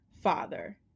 father